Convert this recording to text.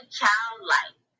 childlike